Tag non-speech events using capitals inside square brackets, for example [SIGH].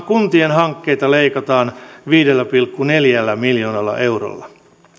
[UNINTELLIGIBLE] kuntien hankkeita leikataan viidellä pilkku neljällä miljoonalla eurolla